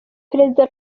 perezida